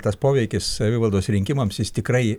tas poveikis savivaldos rinkimams jis tikrai